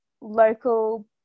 local